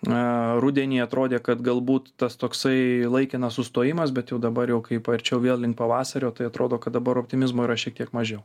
na rudenį atrodė kad galbūt tas toksai laikinas sustojimas bet jau dabar jau kaip arčiau vėl link pavasario tai atrodo kad dabar optimizmo yra šiek tiek mažiau